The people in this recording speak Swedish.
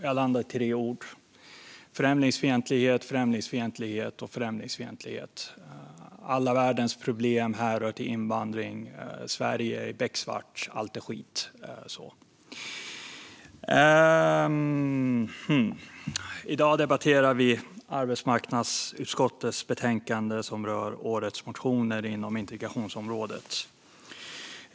Jag landar i tre ord: främlingsfientlighet, främlingsfientlighet och främlingsfientlighet. Alla världens problem härrör från invandring, Sverige är becksvart, allt är skit. I dag debatterar vi arbetsmarknadsutskottets betänkande som rör årets motioner inom integrationsområdet.